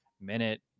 minute